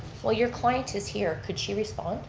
well, your client is here, could she respond?